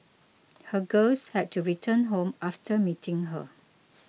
her girls had to return home after meeting her